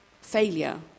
Failure